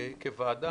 כוועדה,